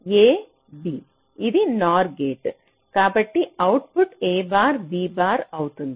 a b ఇది NOR gate కాబట్టి output a bar b bar అవుతుంది